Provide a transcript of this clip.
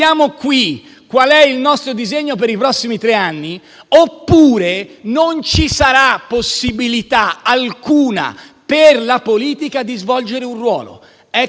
il nostro disegno per i prossimi tre anni oppure non ci sarà possibilità alcuna per la politica di svolgere un ruolo. Per